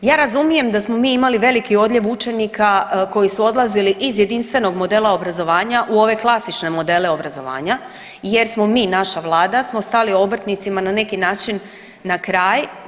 Ja razumijem da smo mi imali veliki odljev učenika koji su odlazili iz jedinstvenog modela obrazovanja u ove klasične modele obrazovanja, jer smo mi, naša Vlada smo stali obrtnicima na neki način na kraj.